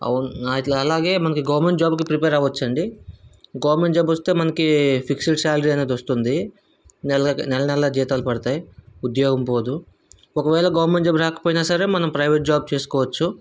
అవును నాకు అలాగే మనకి గవర్నమెంట్ జాబ్కి ప్రిపేర్ అవ్వొచ్చు అండి గవర్నమెంట్ జాబ్ వస్తే మనకి ఫిక్స్డ్ శాలరీ అనేది వస్తుంది నెల నెలా జీతాలు పడతాయి ఉద్యోగం పోదు ఒకవేళ గవర్నమెంట్ జాబ్ రాకపోయినా సరే మనం ప్రైవేట్ జాబ్ చేసుకోవచ్చు